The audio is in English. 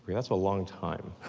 that's a long time.